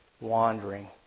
wandering